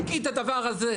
להגיד את הדבר הזה?